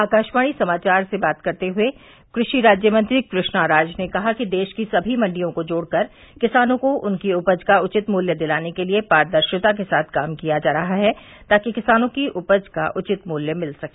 आकाशवाणी समाचार से बात करते हुए कृषि राज्य मंत्री कृष्णा राज ने कहा कि देश की सभी मंडियों को जोड़कर किसानों को उनकी उपज का उवित मूल्य दिलाने के लिए पारदर्शिता के साथ काम किया जा रहा है ताकि किसानों की उपज का उवित मूल्य मिल सके